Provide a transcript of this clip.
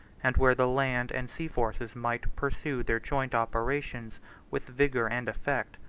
and where the land and sea forces might pursue their joint operations with vigor and effect.